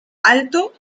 alto